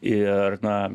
ir na